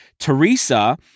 Teresa